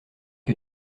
que